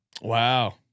Wow